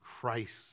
Christ